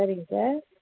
சரிங்க சார்